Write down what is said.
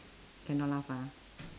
cannot laugh ah